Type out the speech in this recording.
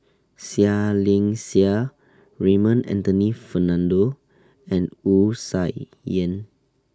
Seah Liang Seah Raymond Anthony Fernando and Wu Tsai Yen